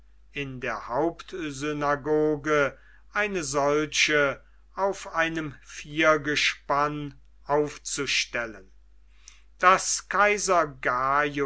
in der hauptsynagoge eine solche auf einem viergespann aufzustellen daß kaiser